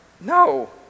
No